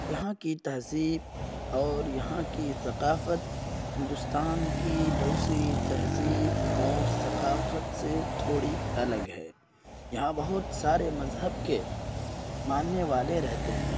یہاں کی تہذیب اور یہاں کی ثقافت ہندوستان کی دوسری تہذیب اور ثقافت سے تھوڑی الگ ہے یہاں بہت سارے مذہب کے ماننے والے رہتے ہیں